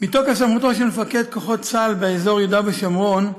מתוקף סמכותו של מפקד כוחות צה"ל באזור יהודה ושומרון,